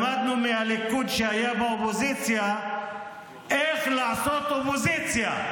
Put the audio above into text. למדנו מהליכוד כשהיה באופוזיציה איך לעשות אופוזיציה.